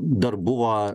dar buvo